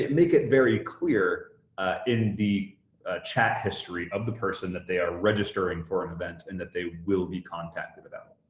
make it very clear in the chat history of the person that they are registering for an event and that they will be contacted about